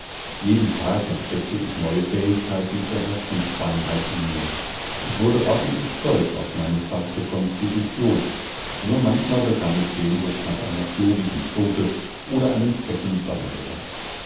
jeden tag entdeckte ich neue fähigkeiten zur herzensfeinheit in mir ich wurde ordentlich stolz auf meine zarte konstitution nur manchmal bekam ich sehnsucht nach einer klobigen zote oder einem fetten donnerwetter